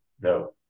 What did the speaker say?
no